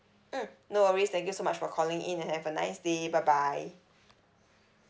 mm no worries thank you so much for calling in and have a nice day bye bye